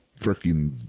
freaking